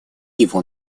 его